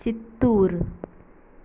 Chittoor